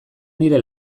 nire